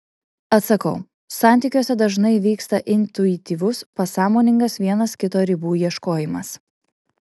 atsakau santykiuose dažnai vyksta intuityvus pasąmoningas vienas kito ribų ieškojimas